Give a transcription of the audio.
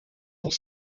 pour